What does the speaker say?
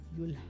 You'll